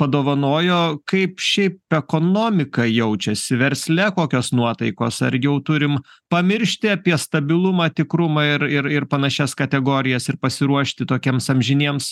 padovanojo kaip šiaip ekonomika jaučiasi versle kokios nuotaikos ar jau turim pamiršti apie stabilumą tikrumą ir ir panašias kategorijas ir pasiruošti tokiems amžiniems